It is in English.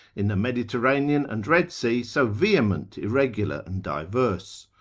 in the mediterranean and red sea so vehement, irregular, and diverse?